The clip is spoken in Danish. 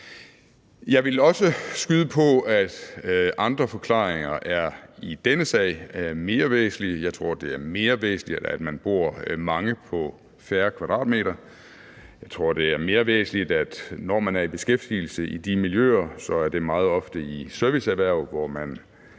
Jeg vil også skyde på, at andre forklaringer i denne sag er mere væsentlige. Jeg tror, det er mere væsentligt, at man bor mange på færre kvadratmeter. Jeg tror, at det er mere væsentligt, at når man er i beskæftigelse i de miljøer, er det meget ofte i serviceerhverv, hvor man